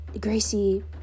Gracie